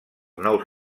nous